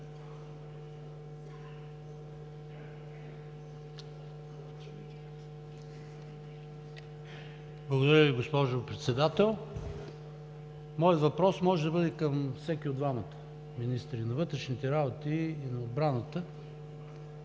Благодаря Ви, госпожо Председател. Моят въпрос може да бъде към всеки от двамата министри – и на вътрешните работи, и на отбраната.